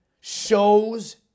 shows